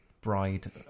bride